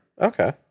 Okay